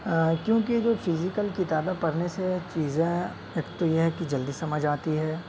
کیوںکہ جو فزیکل کتابیں پڑھنے سے چیزیں ایک تو یہ ہے کہ جلدی سمجھ آتی ہے